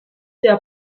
der